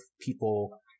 people